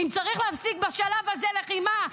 אם צריך להפסיק בשלב הזה לחימה,